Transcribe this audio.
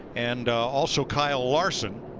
and also kyle larsen.